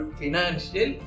financial